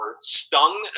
stung